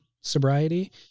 sobriety